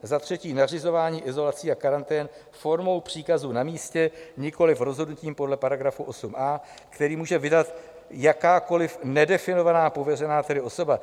Za třetí nařizování izolací a karantén formou příkazu na místě, nikoliv rozhodnutím podle § 8a, který může vydat jakákoliv nedefinovaná pověřená osoba.